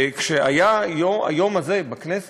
וכשהיה היום הזה בכנסת,